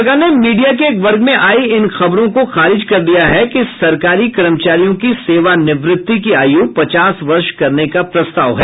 सरकार ने मीडिया के एक वर्ग में आई इन खबरों को भी खारिज कर दिया कि सरकारी कर्मचारियों की सेवानिवृति की आयु पचास वर्ष करने का प्रस्ताव है